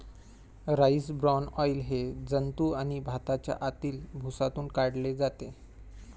rice bran oil हे जंतू आणि भाताच्या आतील भुसातून काढले जाते